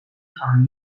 aan